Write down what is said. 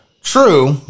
True